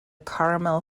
caramel